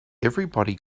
everybody